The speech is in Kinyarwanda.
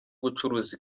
gucuruza